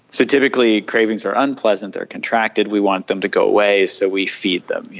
so typically cravings are unpleasant, they are contracted, we want them to go away, so we feed them,